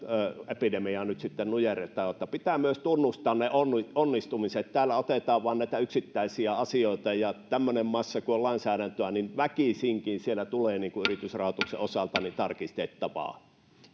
epidemiaa nyt sitten nujerretaan että pitää myös tunnustaa ne onnistumiset täällä otetaan vain näitä yksittäisiä asioita mutta tämmöinen massa kun on lainsäädäntöä niin väkisinkin siellä tulee niin kuin yritysrahoituksen osalta tarkistettavaa